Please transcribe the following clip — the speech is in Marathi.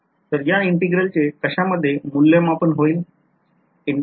तर या integral चे कशामध्ये मूल्यमापन होईल